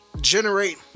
generate